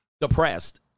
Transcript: depressed